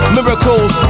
Miracles